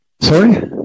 Sorry